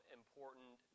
important